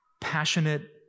passionate